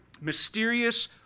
mysterious